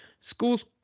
schools –